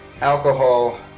alcohol